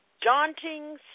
daunting